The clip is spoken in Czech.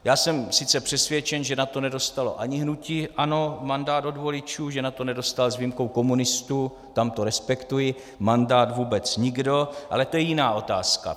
Já jsem sice přesvědčen, že na to nedostalo ani hnutí ANO mandát od voličů, že na to nedostal s výjimkou komunistů, tam to respektuji, mandát vůbec nikdo, ale to je jiná otázka.